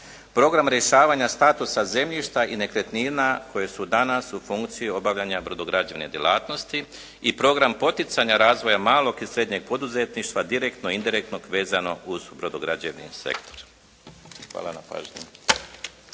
program rješavanja statusa zemljišta i nekretnina koje su danas u funkciji obavljanja brodograđevne djelatnosti i program poticanja razvoja malog i srednjeg poduzetništva direktno indirektno vezanog uz brodograđevni sektor. Hvala na pažnji.